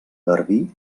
garbí